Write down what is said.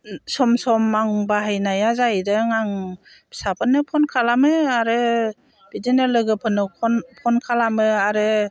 सम सम आं बाहायनाया जाहैदों आं फिसाफोरनो फन खालामो आरो बिदिनो लोगोफोरनाव फन फन खालामो आरो